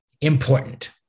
important